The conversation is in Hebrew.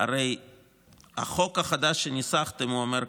הרי החוק החדש שניסחתם אומר ככה,